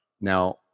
Now